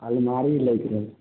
अलमारी लैके रहै